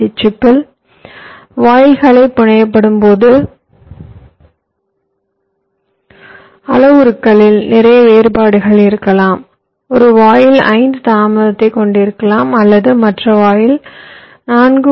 ஐ சிப்பில் வாயில்கள் புனையப்படும்போது அளவுருக்களில் நிறைய வேறுபாடுகள் இருக்கலாம் ஒரு வாயில் 5 தாமதத்தைக் கொண்டிருக்கலாம் அல்லது மற்ற வாயில் 4